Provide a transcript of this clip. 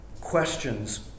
questions